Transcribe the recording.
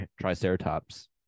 Triceratops